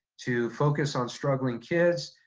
to focus on struggling kids,